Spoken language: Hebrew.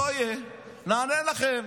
לא יהיה, נענה לכם.